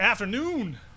afternoon